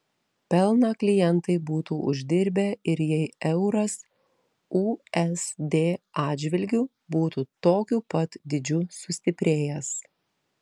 pelną klientai būtų uždirbę ir jei euras usd atžvilgiu būtų tokiu pat dydžiu sustiprėjęs